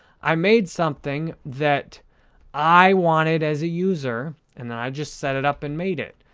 i made something that i wanted as a user and i just set it up and made it.